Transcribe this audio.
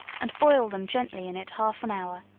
and boil them gently in it half an hour,